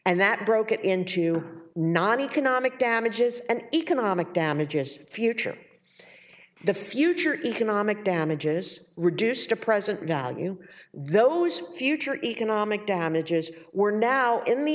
and that broke it into not economic damages and economic damages future the future economic damages reduced a present value those future economic damages were now in the